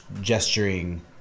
gesturing